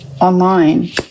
online